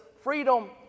freedom